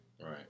Right